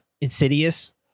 Insidious